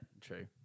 true